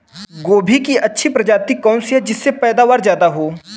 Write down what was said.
गोभी की अच्छी प्रजाति कौन सी है जिससे पैदावार ज्यादा हो?